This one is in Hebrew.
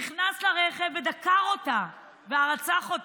נכנס לרכב, דקר אותה ורצח אותה.